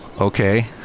Okay